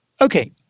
Okay